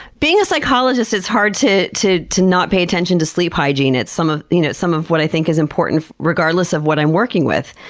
being a psychologist it's hard to to not pay attention to sleep hygiene. it's some of you know some of what i think is important regardless of what i'm working with.